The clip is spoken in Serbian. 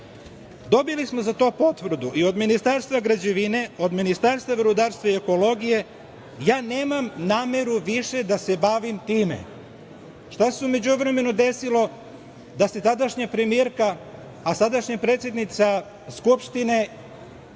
Dobili smo za to potvrdu i od Ministarstva građevine, od Ministarstva rudarstva i ekologije. Ja nemam nameru više da se bavim time. Šta se u međuvremenu desilo da tadašnja premijerka, a sadašnja predsednica Skupštine